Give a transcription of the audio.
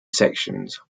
sections